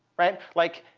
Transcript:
right? like,